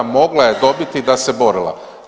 Mogla je dobiti da se borila.